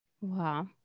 Wow